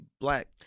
black